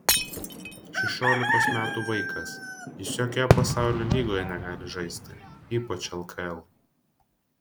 šešiolikos metų vaikas jis jokioje pasaulio lygoje negali žaisti ypač lkl